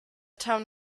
town